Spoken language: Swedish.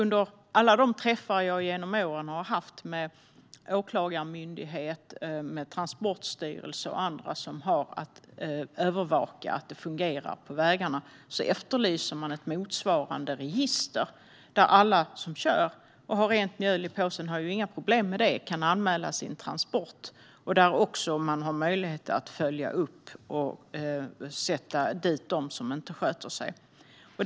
På alla de träffar som jag genom åren har haft med Åklagarmyndigheten, Transportstyrelsen och andra som har att övervaka att det fungerar på vägarna efterlyser man ett motsvarande register där de som kör kan anmäla sin transport och där man också har möjlighet att följa upp och sätta dit dem som inte sköter sig. De som har rent mjöl i påsen har ju inga problem med detta.